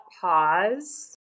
pause